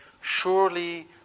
surely